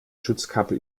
schutzkappe